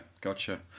gotcha